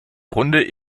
grunde